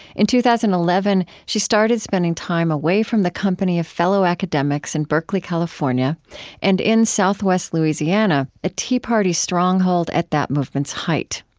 in two thousand and eleven, she started spending time away from the company of fellow academics in berkeley, california and in southwest louisiana, a tea party stronghold at that movement's height.